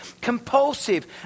compulsive